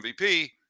MVP